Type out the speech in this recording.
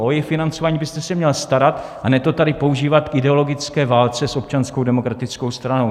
O její financování byste se měl starat, a ne to tady používat k ideologické válce s Občanskou demokratickou stranou.